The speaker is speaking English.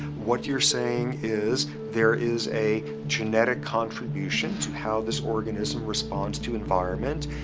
what you're saying is there is a genetic contribution to how this organism responds to environment.